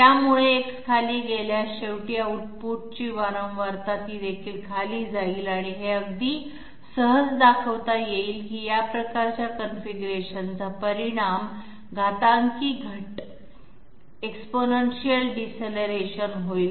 त्यामुळे X खाली गेल्यास शेवटी आउटपुटची फिक्वेन्सी ती देखील खाली जाईल आणि हे अगदी सहज दाखवता येईल की या प्रकारच्या कॉन्फिगरेशनचा परिणाम एक्सपोनेंशील घट होईल